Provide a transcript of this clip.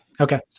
Okay